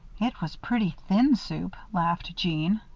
it was pretty thin soup, laughed jeanne.